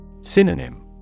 Synonym